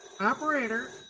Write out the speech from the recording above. Operator